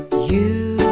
you